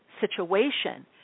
situation